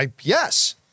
Yes